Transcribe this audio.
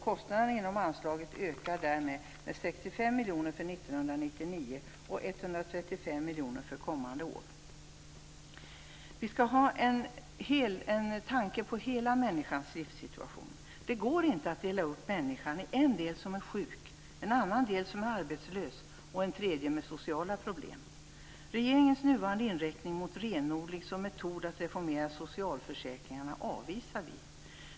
Kostnaden inom anslaget ökar därmed med 65 miljoner kronor för 1999 och med 135 miljoner kronor för kommande år. Vi skall tänka på hela människans livssituation. Det går inte att dela upp människan i en del som är sjuk, en del som är arbetslös och en del som har sociala problem. Regeringens nuvarande inriktning mot renodling som en metod för att reformera socialförsäkringarna avvisar vi.